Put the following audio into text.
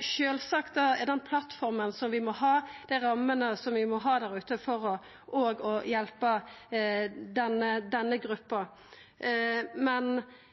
Sjølvsagt er dette den plattforma som vi må ha, dei rammene som vi må ha der ute, for òg å hjelpa denne gruppa. Men